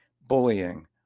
bullying